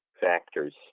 factors